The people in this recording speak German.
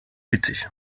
witzig